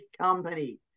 company